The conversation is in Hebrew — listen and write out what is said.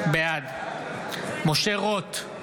בעד משה רוט,